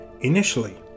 Initially